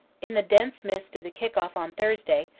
in the dense mist of the kick-off on thursday,